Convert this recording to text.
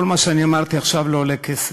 כל מה שאני אמרתי עכשיו לא עולה כסף.